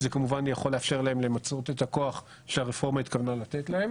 זה כמובן יכול לאפשר להם למצות את הכוח שהרפורמה התכוונה לתת להם,